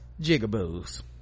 jigaboos